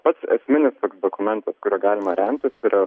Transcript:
pats esminis dokumentas kuriuo galima remtis yra